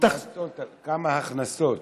כמה הכנסות